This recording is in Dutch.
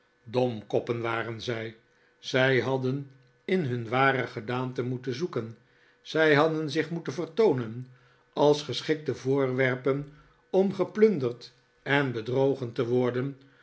domkoppen waren zij zij hadden in hun ware gedaante moeten zoeken zij hadden zich moeten vertoonen als geschikte voorwerpen om geplunderd en bedrogen te worden